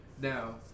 Now